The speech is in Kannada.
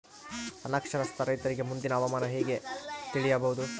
ಅನಕ್ಷರಸ್ಥ ರೈತರಿಗೆ ಮುಂದಿನ ಹವಾಮಾನ ಹೆಂಗೆ ತಿಳಿಯಬಹುದು?